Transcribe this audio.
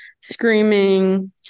screaming